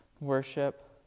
worship